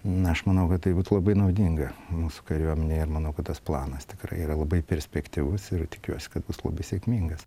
na aš manau kad tai būtų labai naudinga mūsų kariuomenei ir manau kad tas planas tikrai yra labai perspektyvus ir tikiuosi kad bus labai sėkmingas